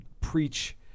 preach